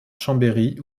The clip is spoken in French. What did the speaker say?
chambéry